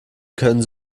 können